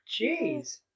Jeez